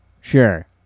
Sure